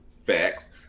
facts